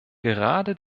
gerade